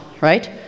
right